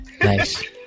Nice